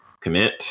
commit